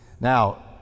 Now